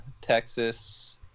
Texas